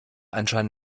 anschein